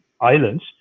Islands